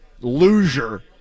loser